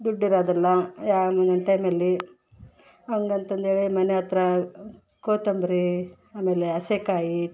ದುಡ್ಡಿರೋದಿಲ್ಲ ಯಾ ಒಂದೊಂದು ಟೈಮಲ್ಲಿ ಹಂಗ್ ಅಂತಂದೇಳಿ ಮನೆ ಹತ್ರ ಕೊತ್ತುಂಬರಿ ಆಮೇಲೆ ಹಸೆಕಾಯಿ